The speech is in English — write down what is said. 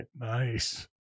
Nice